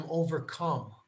overcome